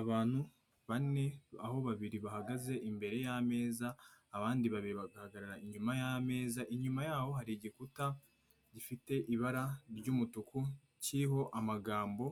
Abantu bane, aho babiri bahagaze imbere y'ameza, abandi babiri bagahagarara inyuma y'ameza, inyuma yaho hari igikuta gifite ibara ry'umutuku kiriho amagambo